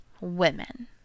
women